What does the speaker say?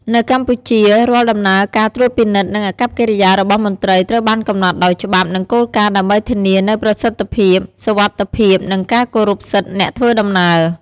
នៅកម្ពុជារាល់ដំណើរការត្រួតពិនិត្យនិងអាកប្បកិរិយារបស់មន្ត្រីត្រូវបានកំណត់ដោយច្បាប់និងគោលការណ៍ដើម្បីធានានូវប្រសិទ្ធភាពសុវត្ថិភាពនិងការគោរពសិទ្ធិអ្នកធ្វើដំណើរ។